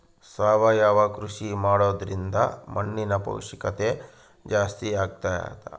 ಸಾವಯವ ಕೃಷಿ ಮಾಡೋದ್ರಿಂದ ಮಣ್ಣಿನ ಪೌಷ್ಠಿಕತೆ ಜಾಸ್ತಿ ಆಗ್ತೈತಾ?